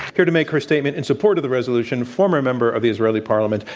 here to make her statement in support of the resolution, former member of the israeli parliament,